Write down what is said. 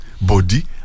body